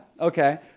Okay